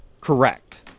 Correct